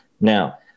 Now